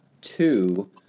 two